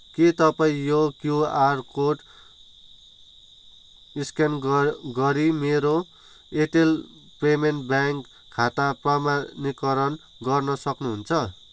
के तपाईँ यो क्युआर कोड स्क्यान गर गरी मेरो एयरटेल पेमेन्ट्स ब्याङ्क खाता प्रमाणीकरण गर्न सक्नुहुन्छ